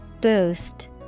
Boost